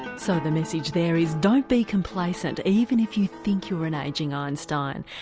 so the message there is don't be complacent even if you think you're an ageing einstein.